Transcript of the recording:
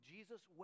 Jesus